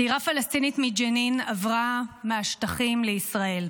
צעירה פלסטינית מג'נין, עברה מהשטחים לישראל.